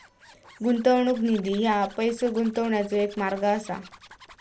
गुंतवणूक निधी ह्या पैसो गुंतवण्याचो एक मार्ग असा